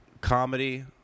Comedy